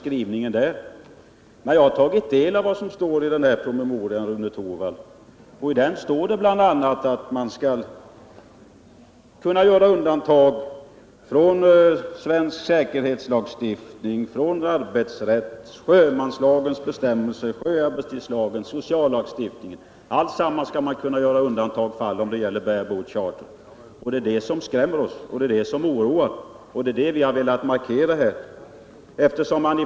Men jag har tagit del av vad som står i promemorian, Rune Torwald. Där står bl.a. att man skall kunna göra undantag från svensk säkerhetslagstiftning, från arbetsrätt, från sjömanslagens bestämmelser, från sjöarbetstidslagen och från sociallagstiftningen. Man skall kunna göra undantag från detta om det gäller bare-boat charter. Det är detta som skrämmer och oroar, och det är vad vi velat markera här.